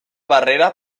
barrera